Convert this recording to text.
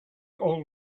old